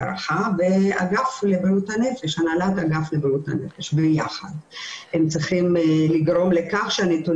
אולי לא לאחד או שניים כי הם לא היו של המדינה